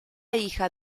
hija